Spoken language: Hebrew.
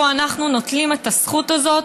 שבו אנחנו נוטלים את הזכות הזאת,